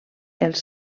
els